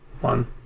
one